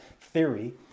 theory